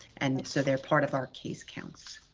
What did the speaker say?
and so they're part of our case counts.